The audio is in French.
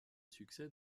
succès